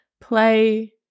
play